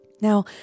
Now